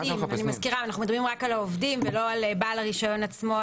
ואני מזכירה: אנחנו מדברים רק על העובדים ולא על בעל הרישיון עצמו,